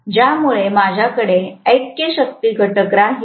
ज्यामुळे माझ्याकडे ऐक्य शक्ती घटक राहील